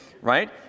right